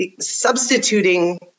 substituting